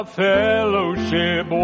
fellowship